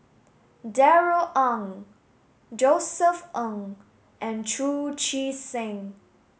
Darrell Ang Josef Ng and Chu Chee Seng